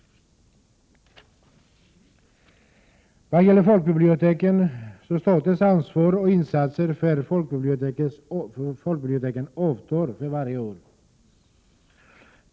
Så till folkbiblioteken. Statens ansvar och insatser för folkbiblioteken avtar för varje år.